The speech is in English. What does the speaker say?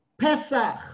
Pesach